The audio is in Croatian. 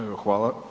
Evo, hvala.